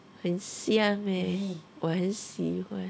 很香 eh 我很喜欢